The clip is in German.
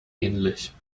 ähnlich